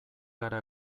gara